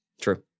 True